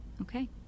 Okay